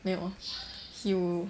没有 he'll